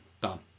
done